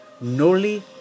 Noli